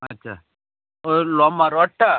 আচ্ছা ও লম্বা রডটা